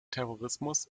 terrorismus